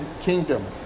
Kingdom